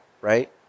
right